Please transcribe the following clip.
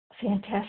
fantastic